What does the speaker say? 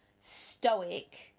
stoic